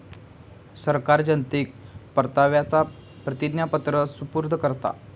सरकार जनतेक परताव्याचा प्रतिज्ञापत्र सुपूर्द करता